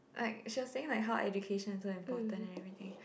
like she was saying like how educations are important and everything